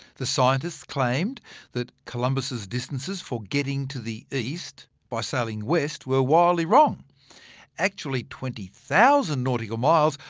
the scientists claimed that columbus' distances for getting to the east by sailing west were wildly wrong actually twenty thousand nautical miles,